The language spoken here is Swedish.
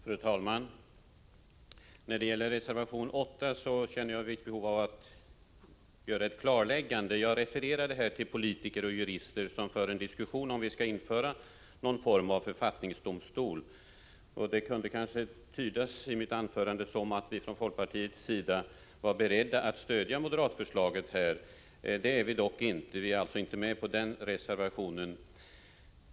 Fru talman! När det gäller reservation 8 känner jag ett visst behov av att göra ett klarläggande. Jag refererade här till politiker och jurister som för en diskussion om att vi skall införa någon form av författningsdomstol. Mitt anförande kunde kanske tydas så att vi från folkpartiets sida var beredda att stödja moderatförslaget. Det är vi dock inte. Vi är alltså inte med på den reservationen.